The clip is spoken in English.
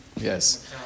Yes